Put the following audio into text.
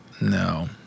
No